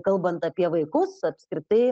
kalbant apie vaikus apskritai